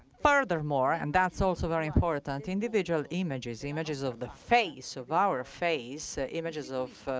furthermore, and that's also very important, individual images images of the face, of our face, ah images of